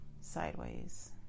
sideways